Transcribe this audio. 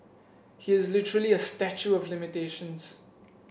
he is literally a statue of limitations